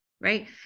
Right